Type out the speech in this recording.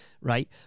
right